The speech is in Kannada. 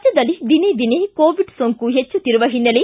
ರಾಜ್ಯದಲ್ಲಿ ದಿನೇ ದಿನೇ ಕೋವಿಡ್ ಸೋಂಕು ಹೆಚ್ಚುತ್ತಿರುವ ಹಿನ್ನೆಲೆ